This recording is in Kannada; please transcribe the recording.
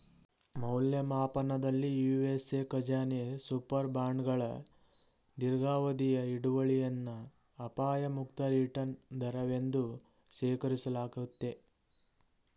ಮೌಲ್ಯಮಾಪನದಲ್ಲಿ ಯು.ಎಸ್.ಎ ಖಜಾನೆ ಸೂಪರ್ ಬಾಂಡ್ಗಳ ದೀರ್ಘಾವಧಿಯ ಹಿಡುವಳಿಯನ್ನ ಅಪಾಯ ಮುಕ್ತ ರಿಟರ್ನ್ ದರವೆಂದು ಶೇಖರಿಸಲಾಗುತ್ತೆ